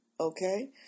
Okay